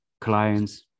clients